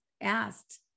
asked